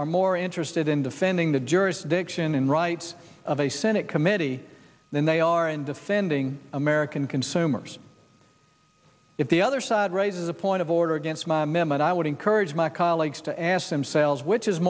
are more interested in defending the jurisdiction and rights of a senate committee than they are in defending american consumers if the other side raises a point of order against my memet i would encourage my colleagues to ask themselves which is